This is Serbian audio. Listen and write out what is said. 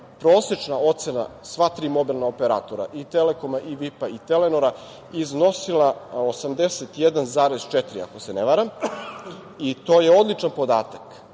prosečna ocena sva tri mobilna operatora i „Telekoma“ i „VIP-a“ i „Telenora“ iznosila 81,4 ako se ne varam i to je odličan podatak.